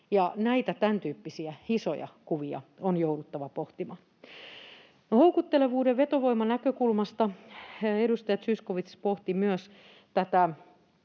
Näitä tämän tyyppisiä isoja kuvia on jouduttava pohtimaan. Houkuttelevuuden vetovoiman näkökulmasta edustaja Zyskowicz pohti myös tätä